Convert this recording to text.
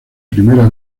primera